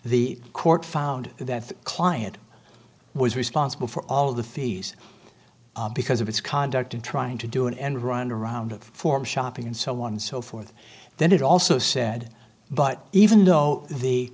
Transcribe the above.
the court found that the client was responsible for all the fees because of its conduct in trying to do an end run around of form shopping and so on and so forth then it also said but even though